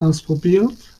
ausprobiert